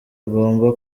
agomba